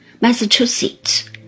Massachusetts